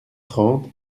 trente